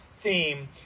theme